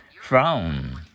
Frown